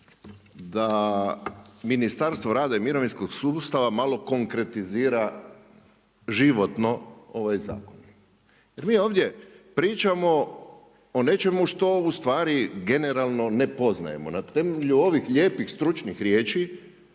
da Ministarstvo rada i mirovinskog sustava malo konkretizira životno ovaj zakon. Jer mi ovdje pričamo o nečemu što ustvari generalno ne poznajemo, na temelju ovih lijepih stručnih riječi,